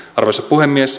arvoisa puhemies